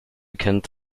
kennt